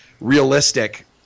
realistic